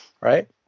right